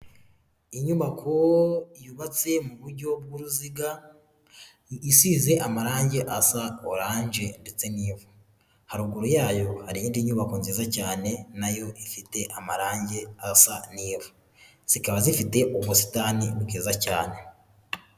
Inyubako yubatse mu buryo bw'uruziga isize amarangi asa oranje ndetse n'ivu, haruguru yayo hari iy'indi nyubako nziza cyane nayo ifite amarangi asa n'ivu, zikaba zifite ubusitani bwiza cyane.